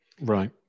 Right